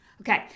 Okay